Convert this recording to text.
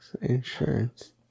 insurance